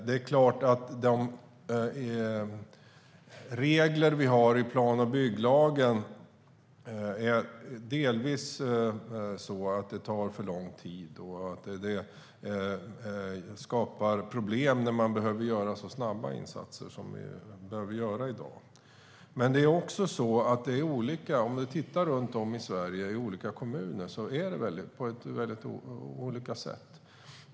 Det är klart att de regler vi har i plan och bygglagen delvis gör att det tar för lång tid att bygga. Det skapar problem när man behöver göra så snabba insatser som i dag. Men det är också så att det är olika; om vi tittar runt om i olika kommuner i Sverige ser vi att det ser ut på olika sätt.